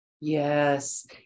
Yes